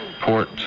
Port